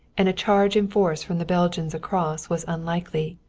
and a charge in force from the belgians across was unlikely.